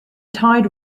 tide